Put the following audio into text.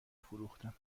فروختم